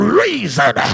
reason